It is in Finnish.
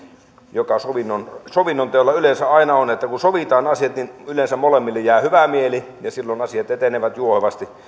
joka sovinnonteossa yleensä aina on kun sovitaan asiat niin yleensä molemmille jää hyvä mieli ja silloin asiat etenevät juohevasti